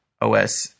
OS